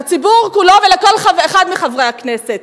לציבור כולו ולכל אחד מחברי הכנסת,